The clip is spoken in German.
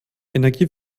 energie